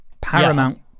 Paramount